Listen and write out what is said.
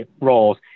roles